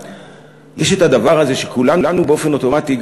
יש את הדבר הזה שכולנו באופן אוטומטי,